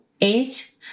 eight